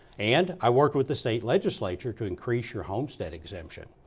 and i work with the state legislature to increase your homestead exemption.